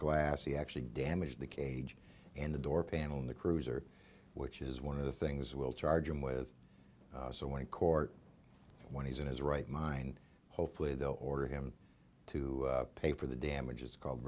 glass he actually damaged the cage and the door panel in the cruiser which is one of the things we'll charge him with so when court when he's in his right mind hopefully they'll order him to pay for the damages called